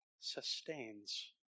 sustains